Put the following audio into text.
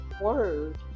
word